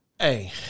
Hey